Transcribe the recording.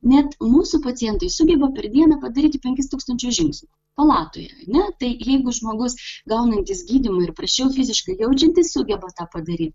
net mūsų pacientai sugeba per dieną padaryti penkis tūkstančius žingsnių palatoje ane tai jeigu žmogus gaunantis gydymui ir prasčiau fiziškai jaučiantis sugeba tą padaryt